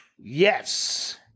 Yes